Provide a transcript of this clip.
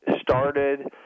started